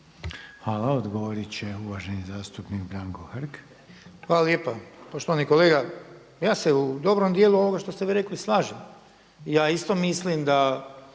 Hvala. Odgovorit će uvaženi zastupnik Branko Hrg. **Hrg, Branko (HDS)** Hvala lijepa. Poštovani kolega, ja se u dobrom dijelu ovoga što ste vi rekli slažem. Ja isto mislim da